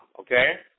Okay